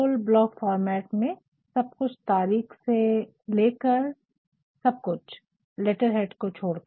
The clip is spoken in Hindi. फुल ब्लॉक फॉर्मेट में सब कुछ तारिख से लेकर सब कुछ लेटरहेड को छोड़कर